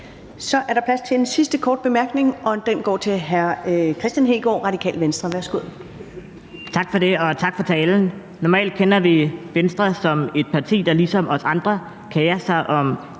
Så er der plads til en sidste kort bemærkning, og den går til hr. Kristian Hegaard, Radikale Venstre. Værsgo. Kl. 11:34 Kristian Hegaard (RV): Tak for det, og tak for talen. Normalt kender vi Venstre som et parti, der ligesom os andre kerer sig om